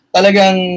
talagang